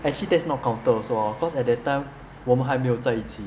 actually that's not counted also lor because at that time 我们还没有在一起